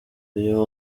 uyu